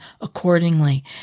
accordingly